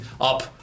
up